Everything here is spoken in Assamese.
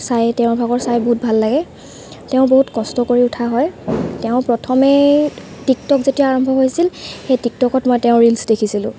চাই তেওঁৰ ভাগৰ চাই বহুত ভাল লাগে তেওঁ বহুত কষ্ট কৰি উঠা হয় তেওঁ প্ৰথমেই টিকট'ক যেতিয়া আৰম্ভ হৈছিল সেই টিকট'কত মই তেওঁৰ ৰিলছ দেখিছিলোঁ